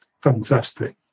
fantastic